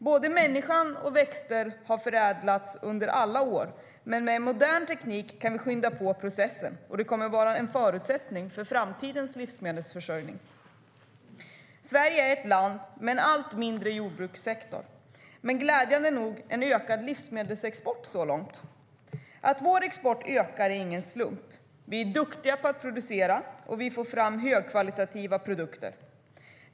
Både människan och växterna har förädlats under alla år, men med modern teknik kan vi skynda på processen, och det kommer att vara en förutsättning för framtidens livsmedelsförsörjning. Sverige är ett land med en allt mindre jordbrukssektor men glädjande nog med en ökad livsmedelsexport så långt. Att vår export ökar är ingen slump. Vi är duktiga på att producera, och vi får fram högkvalitativa produkter.